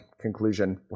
conclusion